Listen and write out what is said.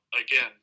Again